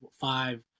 five